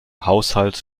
haushalts